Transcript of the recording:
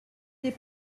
des